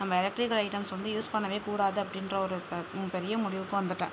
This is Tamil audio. நம்ம எலக்ட்ரிக்கல் ஐட்டம்ஸ் வந்து யூஸ் பண்ணவே கூடாது அப்படின்ற ஒரு பெ பெரிய முடிவுக்கு வந்துவிட்டேன்